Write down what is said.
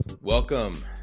Welcome